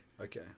okay